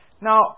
Now